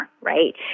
right